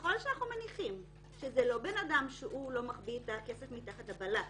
ככל שאנחנו מניחים שזה לא בן-אדם שמחביא כסף מתחת לבלטה